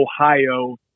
Ohio